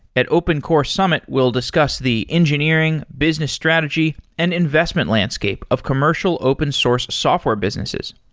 at open core summit, we'll discuss the engineering, business strategy and investment landscape of commercial open source software businesses.